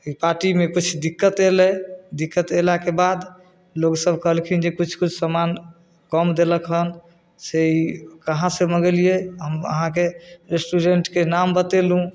ओहि पार्टीमे किछु दिक्कत एलै दिक्कत एलाके बाद लोग सब कहलखिन जे किछु किछु समान कम देलक हन से ई कहाँ से मँगेलियै हम अहाँके रेस्टूरेंटके नाम बतेलहुॅं